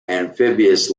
amphibious